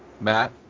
Matt